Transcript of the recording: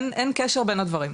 אין קשר בין הדברים.